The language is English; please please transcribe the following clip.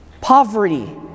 Poverty